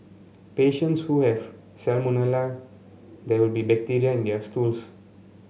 patients who have salmonella there will be bacteria in their stools